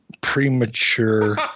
premature